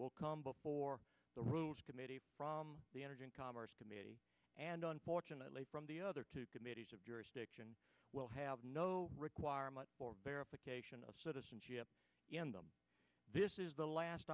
will come before the rules committee from the energy and commerce committee and on fortunately from the other two committees of jurisdiction will have no requirement for verification of citizenship this is the last